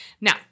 Now